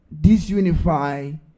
disunify